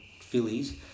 fillies